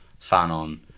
Fanon